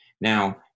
Now